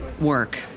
work